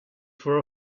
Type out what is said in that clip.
for